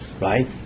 right